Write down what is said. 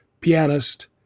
pianist